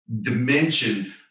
dimension